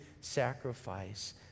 sacrifice